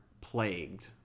plagued